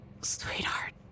sweetheart